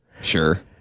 Sure